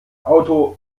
auto